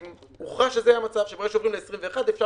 הוכרע שזה יהיה המצב כשעוברים ל-21' אפשר